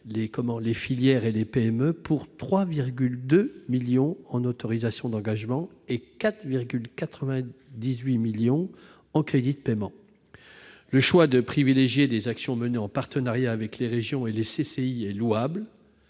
particulièrement, les PME pour 3,2 millions d'euros en autorisations d'engagement et 4,98 millions d'euros en crédits de paiement. Le choix de privilégier des actions menées en partenariat avec les régions et les CCI est louable,